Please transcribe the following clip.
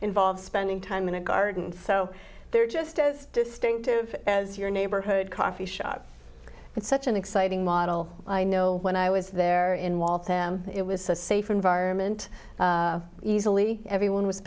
involves spending time in a garden so they're just as distinctive as your neighborhood coffee shop and such an exciting model i know when i was there in waltham it was a safe environment easily everyone was